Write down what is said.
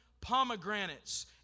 pomegranates